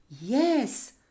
Yes